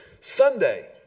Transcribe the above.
Sunday